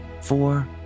four